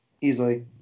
Easily